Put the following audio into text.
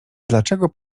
dlaczego